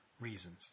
reasons